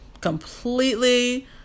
completely